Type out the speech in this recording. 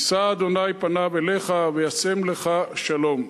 ישא ה' פניו אליך וישם לך שלום.